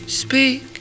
speak